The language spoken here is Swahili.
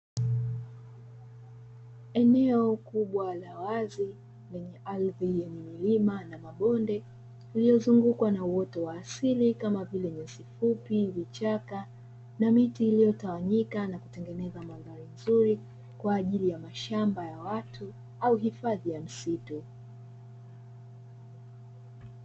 Eneo kubwa la wazi lenye ardhi yenye milima na mabonde lililozungukwa na uoto wa asili kama vile nyasi fupi, vichaka na miti iliyotawanyika na kutengeneza mandhari nzuri kwa ajili ya mashamba ya watu au hifadhi ya misitu.